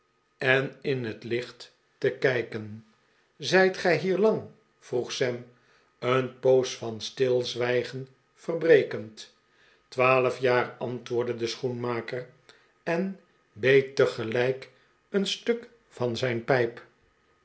en in het licht te kijken de pickwick club zijt gij hier al lang vroeg sam een poos van stilzwijgen verbrekend twaalf jaar antwoordde de schoenmaker en beet tegelijk een stuk van zijn pijp